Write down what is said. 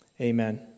Amen